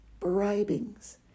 bribings